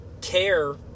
care